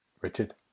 Richard